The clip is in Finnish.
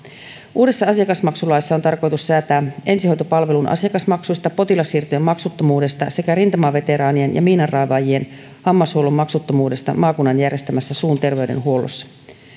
uudessa asiakasmaksulaissa on tarkoitus säätää ensihoitopalvelun asiakasmaksuista potilassiirtojen maksuttomuudesta sekä rintamaveteraanien ja miinanraivaajien hammashuollon maksuttomuudesta maakunnan järjestämässä suun terveydenhuollossa